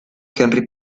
henry